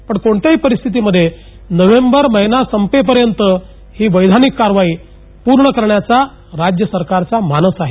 पण कोणत्याही परिस्थितीमध्ये नोव्हेंबर महिना संपेपर्यंत ही वैधानिक कार्यवाही पूर्ण करण्याचा राज्य सरकारचा मानस आहे